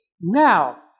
Now